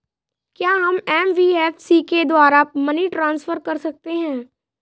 क्या हम एन.बी.एफ.सी के द्वारा मनी ट्रांसफर कर सकते हैं?